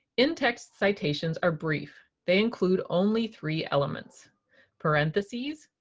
in-text citations are brie. they include only three elements parentheses,